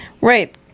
Right